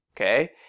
okay